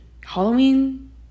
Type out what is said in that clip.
Halloween